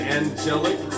angelic